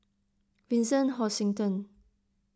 Vincent Hoisington